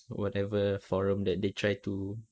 whatever forum that they try to